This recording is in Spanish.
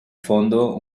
fondo